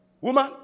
woman